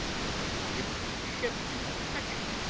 or if the ship do not touch it,